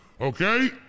Okay